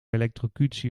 elektrocutie